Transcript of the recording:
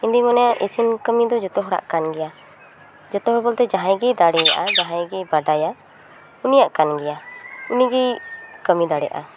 ᱤᱧ ᱫᱚᱧ ᱢᱚᱱᱮᱭᱟ ᱤᱥᱤᱱ ᱠᱟᱹᱢᱤ ᱫᱚ ᱡᱚᱛᱚ ᱦᱚᱲᱟᱜ ᱠᱟᱱ ᱜᱮᱭᱟ ᱡᱚᱛᱚ ᱦᱚᱲ ᱵᱚᱞᱛᱮ ᱡᱟᱦᱟᱸᱭ ᱜᱮᱭ ᱫᱟᱲᱮᱭᱟᱜᱼᱟ ᱡᱟᱦᱟᱭ ᱜᱮᱭ ᱵᱟᱰᱟᱭᱟ ᱩᱱᱤᱭᱟᱜ ᱠᱟᱱ ᱜᱮᱭᱟ ᱩᱱᱤ ᱜᱮᱭ ᱠᱟᱹᱢᱤ ᱫᱟᱲᱮᱜᱼᱟ